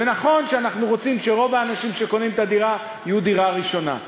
ונכון שאנחנו רוצים שרוב האנשים שקונים את הדירה יהיו קוני דירה ראשונה.